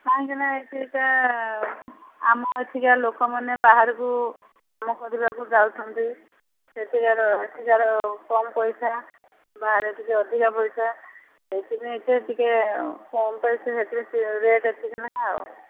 କାହିଁକିନା ଏଠିକିଆ ଆମ ଏଠିକିଆ ଲୋକମାନେ ବାହାରକୁ କାମ କରିବାକୁ ଯାଉଛନ୍ତି ସେଠିକାର ଏଠିକାର କମ ପଇସା ବାହାରେ ଟିକେ ଅଧିକା ପଇସା ସେଇଥିପାଇଁକା ଟିକେ କମ୍ ପଇସା ହେଥିପାଇଁ ରେଟ୍ ଏତିକି ନେଖା ଆଉ